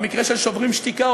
במקרה של "שוברים שתיקה",